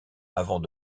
avant